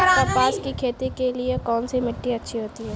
कपास की खेती के लिए कौन सी मिट्टी अच्छी होती है?